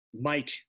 Mike